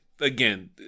again